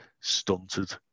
stunted